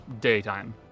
daytime